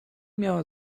miała